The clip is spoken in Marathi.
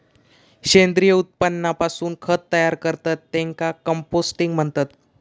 सेंद्रिय उत्पादनापासून खत तयार करतत त्येका कंपोस्टिंग म्हणतत